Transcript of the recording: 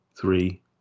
three